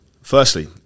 Firstly